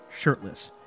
shirtless